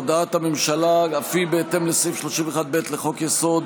הודעת הממשלה בהתאם לסעיף 31(ב) לחוק-יסוד: